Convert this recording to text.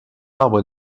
arbres